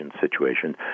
situation